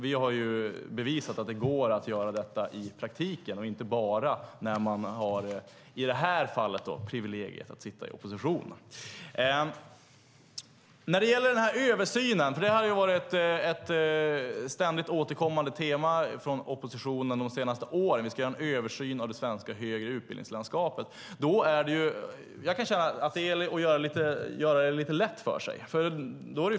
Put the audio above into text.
Vi har bevisat att det går att göra det i praktiken och inte bara när man har - i det här fallet - privilegiet att sitta i opposition. Det har varit ett ständigt återkommande tema från oppositionen de senaste åren att vi ska göra en översyn av det svenska högre utbildningslandskapet. Jag kan känna att det är att göra det lite lätt för sig.